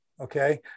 Okay